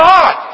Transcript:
God